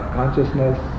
consciousness